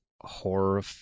horror